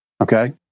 Okay